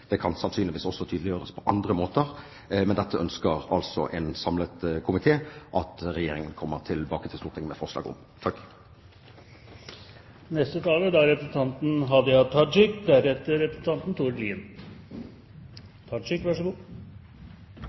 Det kan sannsynligvis også tydeliggjøres på andre måter, men dette ønsker altså en samlet komité at Regjeringen kommer tilbake til Stortinget med forslag om.